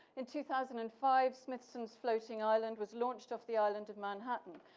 in two thousand and five, smithson's floating island was launched off the island of manhattan,